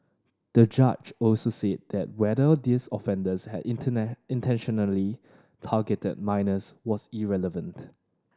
the judge also said that whether these offenders had intentionally targeted minors was irrelevant